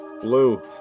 blue